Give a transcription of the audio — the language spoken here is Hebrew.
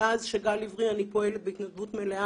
מאז שגל הבריא אני פועלת בהתנדבות מלאה